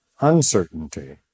uncertainty